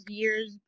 years